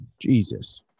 Jesus